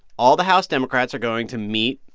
all the house democrats are going to meet,